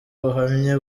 buhamye